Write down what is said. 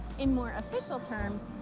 in more official terms,